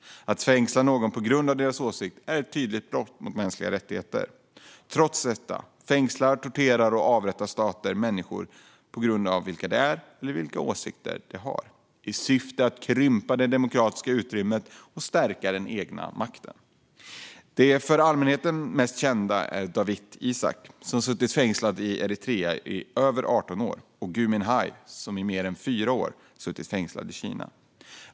Att fängsla någon på grund av deras åsikt är ett tydligt brott mot de mänskliga rättigheterna. Trots detta fängslar, torterar och avrättar stater människor på grund av vilka de är eller vilka åsikter de har, i syfte att krympa det demokratiska utrymmet och stärka den egna makten. De för allmänheten mest kända är Dawit Isaak, som suttit fängslad i Eritrea i över 18 år, och Gui Minhai, som i mer än fyra år har suttit fängslad i Kina.